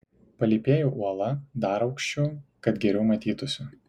palypėju uola dar aukščiau kad geriau matytųsi